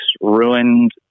ruined